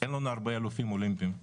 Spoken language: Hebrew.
אין לנו הרבה אלופים אולימפיים,